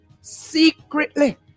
secretly